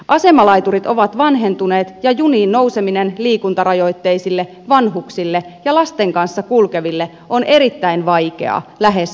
asemalaiturit ovat vanhentuneet ja juniin nouseminen liikuntarajoitteisille vanhuksille ja lasten kanssa kulkeville on erittäin vaikeaa lähes mahdotonta